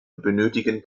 benötigen